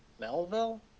Melville